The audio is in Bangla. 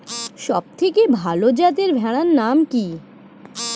সবথেকে ভালো যাতে ভেড়ার নাম কি?